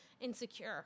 insecure